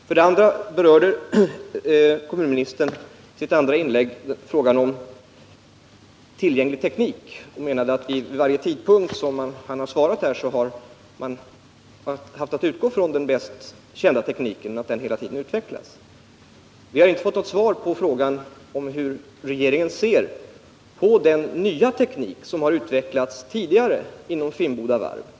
Kommunministern berörde i sitt andra inlägg frågan om tillgänglig teknik. Han menade att man vid varje tidpunkt som han har svarat har haft att utgå från den mest kända tekniken och att den hela tiden har utvecklats. Vi har inte fått något svar på frågan hur regeringen ser på den nya teknik som tidigare har utvecklats inom Finnboda Varv.